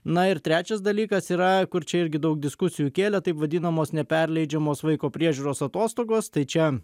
na ir trečias dalykas yra kur čia irgi daug diskusijų kėlė taip vadinamos neperleidžiamos vaiko priežiūros atostogos tai čia